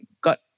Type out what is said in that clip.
got